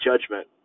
judgment